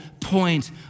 point